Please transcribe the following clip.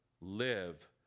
live